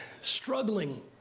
struggling